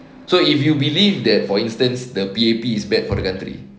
so if you believe that for instance the P_A_P is bad for the country